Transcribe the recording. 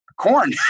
Corn